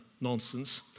nonsense